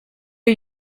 are